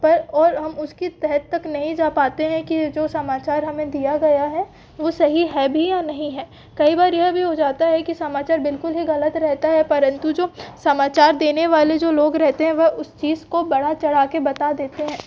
पर और हम उसकी तह तक नहीं जा पाते हैं कि जो समाचार हमें दिया गया है वो सही है भी या नहीं है कई बार यह भी हो जाता है कि समाचार बिल्कुल ही ग़लत रहता है परंतु जो समाचार देने वाले जो लोग रहते हैं वह उस चीज़ को बढ़ा चढ़ा के बता देते हैं